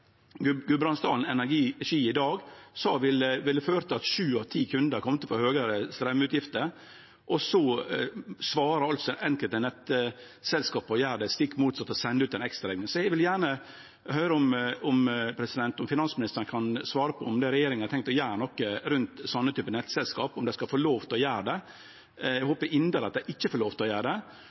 Energi i dag sa ville føre til at sju av ti kundar kom til å få høgare straumutgifter. Så svarer altså enkelte nettselskap med å gjere det stikk motsette og sender ute ei ekstrarekning. Eg vil gjerne høyre om finansministeren kan svare på om regjeringa har tenkt å gjere noko med sånne nettselskap, om dei skal få lov til å gjere det. Eg håpar inderleg at dei ikkje får lov til å gjere det.